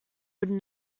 would